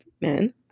man